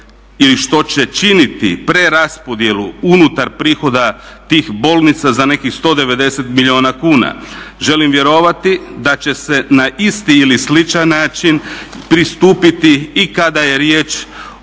ili što će činiti preraspodjelu unutar prihoda tih bolnica za nekih 190 milijuna kuna. Želim vjerovati da će se na isti ili sličan način pristupiti i kada je riječ